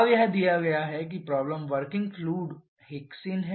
अब यह दिया गया है कि प्रॉब्लम वर्किंग फ्लूड हेक्सेन है